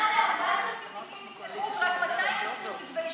מעל ל-4,000 תיקים נפתחו, ורק 220 הוגשו.